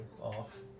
off